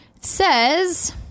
says